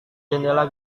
jendela